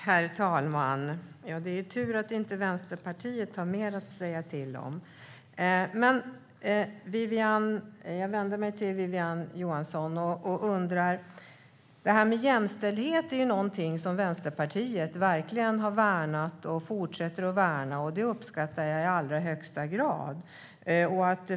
Herr talman! Det är tur att Vänsterpartiet inte har mer att säga till om! Jämställdhet är någonting som Vänsterpartiet verkligen har värnat och fortsätter att värna, och det uppskattar jag i allra högsta grad, Wiwi-Anne Johansson.